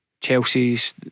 Chelsea's